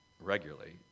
regularly